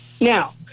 Now